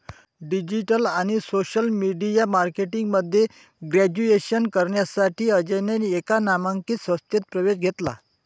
digital आणि social media marketing मध्ये graduation करण्यासाठी अजयने एका नामांकित संस्थेत प्रवेश घेतला